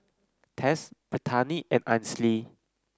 Tess Brittani and Ainsley